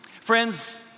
Friends